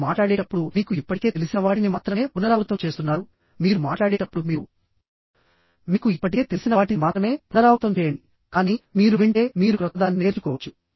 మీరు మాట్లాడేటప్పుడు మీకు ఇప్పటికే తెలిసిన వాటిని మాత్రమే పునరావృతం చేస్తున్నారు మీరు మాట్లాడేటప్పుడు మీరు మీకు ఇప్పటికే తెలిసిన వాటిని మాత్రమే పునరావృతం చేయండి కానీ మీరు వింటే మీరు క్రొత్తదాన్ని నేర్చుకోవచ్చు